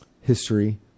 history